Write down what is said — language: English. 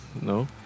No